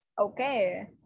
Okay